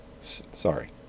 Sorry